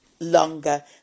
longer